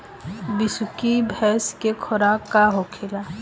बिसुखी भैंस के खुराक का होखे?